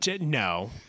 No